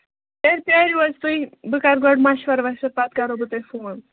تیٚلہِ پرٛٲرِو حظ تُہۍ بہٕ کرٕ گۄڈٕ مَشور وَشوَر پَتہٕ کرو بہٕ تۄہہِ فون